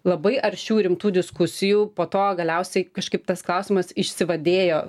labai aršių rimtų diskusijų po to galiausiai kažkaip tas klausimas išsivadėjo